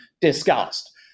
discussed